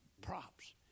props